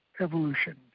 evolution